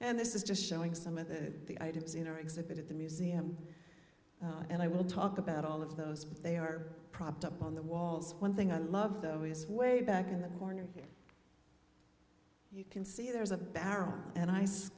and this is just showing some of the items in our exhibit at the museum and i will talk about all of those but they are propped up on the walls one thing i love though his way back in the corner here you can see there's a barrel and i